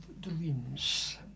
Dreams